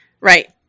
right